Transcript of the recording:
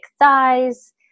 thighs